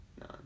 No